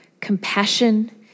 Compassion